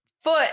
foot